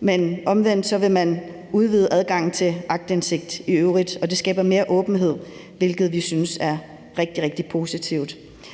men omvendt vil man udvide adgangen til aktindsigt i øvrigt, og det skaber mere åbenhed, hvilket vi synes er rigtig, rigtig